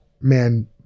man